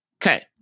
Okay